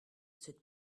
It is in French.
cette